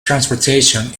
transportation